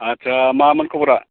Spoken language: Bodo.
आटसा मामोन खब'रा